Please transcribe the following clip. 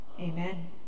Amen